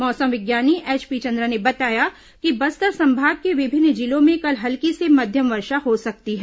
मौसम विज्ञानी एचपी चन्द्रा ने बताया कि बस्तर संभाग के विभिन्न जिलों में कल हल्की से मध्यम वर्षा हो सकती है